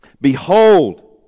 Behold